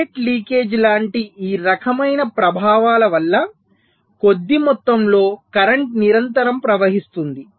gate leakage లాంటి ఈ రకమైన ప్రభావాల వల్ల కొద్ది మొత్తంలో కరెంట్ నిరంతరం ప్రవహిస్తుంది